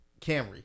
Camry